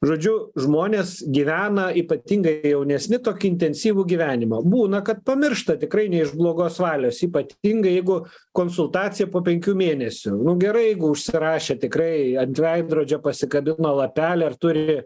žodžiu žmonės gyvena ypatingai jaunesni tokį intensyvų gyvenimą būna kad pamiršta tikrai ne iš blogos valios ypatingai jeigu konsultacija po penkių mėnesių gerai jeigu užsirašė tikrai ant veidrodžio pasikabino lapelį ar turi